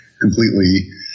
completely